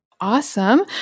Awesome